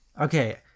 okay